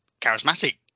charismatic